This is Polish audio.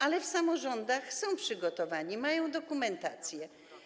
Ale w samorządach są przygotowani, mają dokumentację.